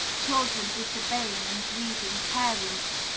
children disobeying and grieving parents,